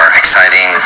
exciting